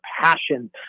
passion